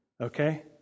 Okay